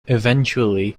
eventually